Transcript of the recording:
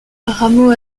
rameaux